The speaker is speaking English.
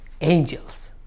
angels